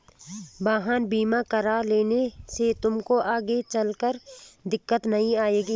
वाहन बीमा करा लेने से तुमको आगे चलकर दिक्कत नहीं आएगी